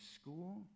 school